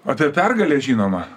apie pergalę žinoma